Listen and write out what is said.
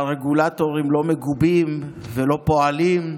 והרגולטורים לא מגובים ולא פועלים.